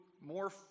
more